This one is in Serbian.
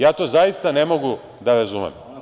Ja to zaista ne mogu da razumem.